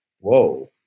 whoa